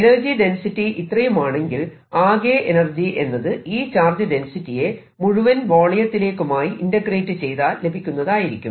energy density ഇത്രയുമാണെങ്കിൽ ആകെ energy എന്നത് ഈ ചാർജ് ഡെൻസിറ്റിയെ മുഴുവൻ വോളിയത്തിലേക്കുമായി ഇന്റഗ്രേറ്റ് ചെയ്താൽ ലഭിക്കുന്നതായിരിക്കും